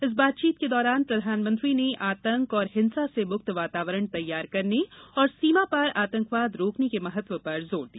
इस बातचीत के दौरान प्रधानमंत्री ने आतंक और हिंसा से मुक्त वातावरण तैयार करने और सीमा पार आतंकवाद रोकने के महत्व पर जोर दिया